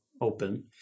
open